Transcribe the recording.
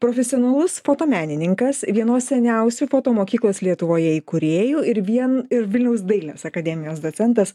profesionalus fotomenininkas vienos seniausių fotomokyklos lietuvoje įkūrėjų ir vien ir vilniaus dailės akademijos docentas